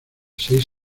seis